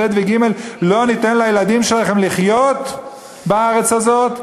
ב' וג' לא ניתן לילדים שלכם לחיות בארץ הזאת?